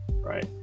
right